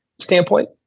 standpoint